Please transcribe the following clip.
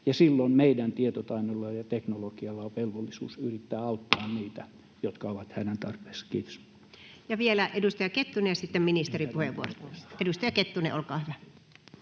silloin meillä tietotaidollamme ja teknologiallamme on velvollisuus yrittää auttaa niitä, jotka ovat hädän tarpeessa. — Kiitos. Vielä edustaja Kettunen, ja sitten ministerien puheenvuorot. — Edustaja Kettunen, olkaa hyvä.